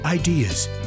ideas